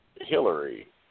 Hillary